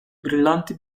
brillanti